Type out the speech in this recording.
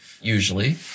usually